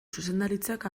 zuzendaritzak